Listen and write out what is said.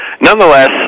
Nonetheless